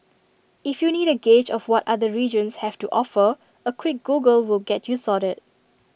if you need A gauge of what other regions have to offer A quick Google will get you sorted